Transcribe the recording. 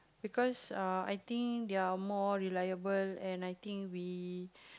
because err I think their more reliable and I think we